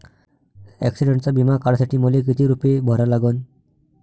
ॲक्सिडंटचा बिमा काढा साठी मले किती रूपे भरा लागन?